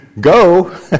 Go